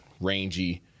rangy